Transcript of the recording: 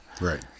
right